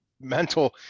mental